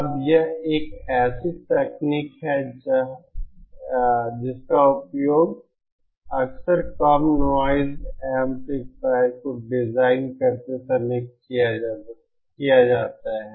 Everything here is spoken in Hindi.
अब यह एक ऐसी तकनीक है जिसका उपयोग अक्सर कम नॉइज़ एम्पलीफायरों को डिजाइन करते समय किया जाता है